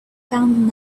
found